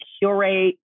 curate